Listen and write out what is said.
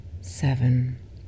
seven